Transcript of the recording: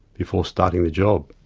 before starting the job.